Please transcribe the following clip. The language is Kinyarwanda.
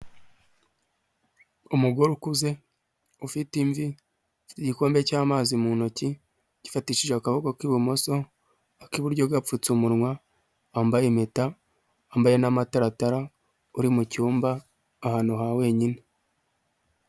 Umugore ukuze ufite imvi igikombe cy'amazi mu ntoki agifatishije akaboko k'ibumoso ak'iburyo gapfutse umunwa, wambaye impeta wambaye n'amataratara uri mu cyumba ahantu ha wenyine.